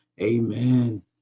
Amen